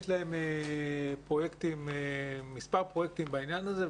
יש להם מספר פרויקטים בעניין הזה,